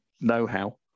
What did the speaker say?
know-how